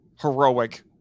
heroic